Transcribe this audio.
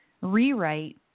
rewrite